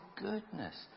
goodness